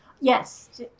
yes